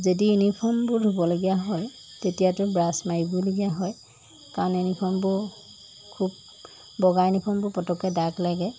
যদি ইউনিফৰ্মবোৰ ধুবলগীয়া হয় তেতিয়াতো ব্ৰাছ মাৰিবলগীয়া হয় কাৰণ ইউনিফৰ্মবোৰ খুব বগা ইউনিফৰ্মবোৰ পটককৈ ডাগ লাগে